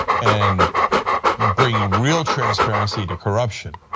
and bringing real transparency to corruption.